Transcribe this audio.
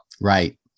Right